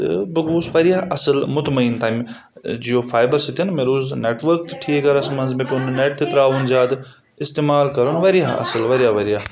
تہٕ بہٕ گوس واریاہ اَصٕل مُتمعیٖن تَمہِ جِیو فایِبَر سۭتۍ مےٚ روز نیٚٹؤرٕک تہِ ٹھیٖک گَرَس منٛز مےٚ پیوٚنہٕ نؠٹ تہِ ترٛاوُن زیادٕ استِمال کَرُن واریاہ اَصٕل واریاہ واریاہ